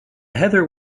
heather